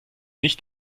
nicht